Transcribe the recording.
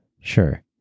Sure